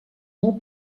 molt